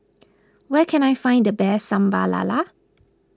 where can I find the best Sambal Lala